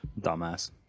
Dumbass